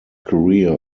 career